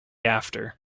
after